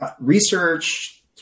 research